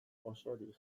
osorik